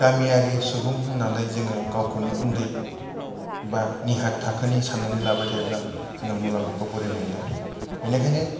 गामियारि सुबुं होन्नानै जोङो गावखौनो उन्दै बा निहाथ थाखोनि सान्नानै लाबाय थायोब्ला जोङो मुलाम्फाखौ बोरै मोन्नो बेनिखायनो